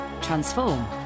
transform